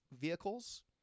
vehicles